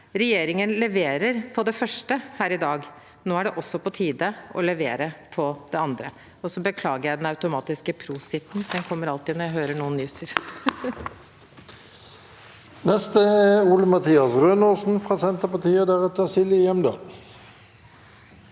Regjeringen leverer på det første her i dag. Nå er det også på tide å levere på det andre. Og så beklager jeg det automatiske prositet, det kommer alltid når jeg hører noen nyse. Ole Mathias Rønaasen (Sp) De aller fles- te av